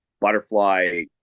Butterfly